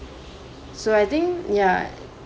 so I think ya